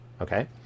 Okay